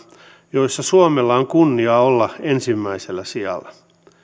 joissa suomella on kunnia olla ensimmäisellä sijalla